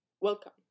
Welcome